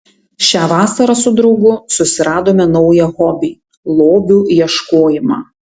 šią vasarą su draugu susiradome naują hobį lobių ieškojimą